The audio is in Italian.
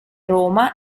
roma